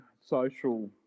social